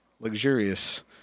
luxurious